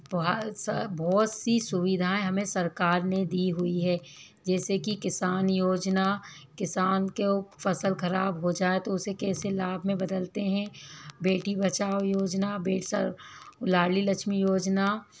बहुत सी सुविधाएं हमें सरकार ने दी हुई है जैसे कि किसान योजना किसान जो फसल खराब हो जाए तो उसे कैसे लाभ में बदलते हैं बेटी बचाओ योजना लाडली लक्ष्मी योजना